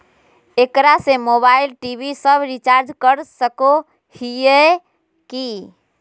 एकरा से mobile TV सब रिचार्ज कर सको हियै की?